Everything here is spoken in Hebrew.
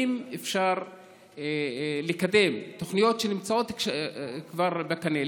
האם אפשר לקדם תוכניות שנמצאות כבר בקנה?